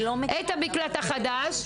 פותחים להן את המקלט החדש.